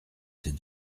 ces